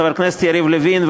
חבר הכנסת יריב לוין,